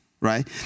right